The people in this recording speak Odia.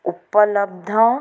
ଉପଲବ୍ଧ